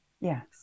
Yes